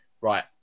right